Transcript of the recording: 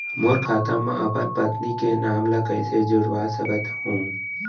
मोर खाता म अपन पत्नी के नाम ल कैसे जुड़वा सकत हो?